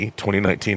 2019